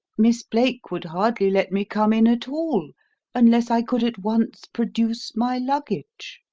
miss blake would hardly let me come in at all unless i could at once produce my luggage.